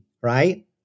Right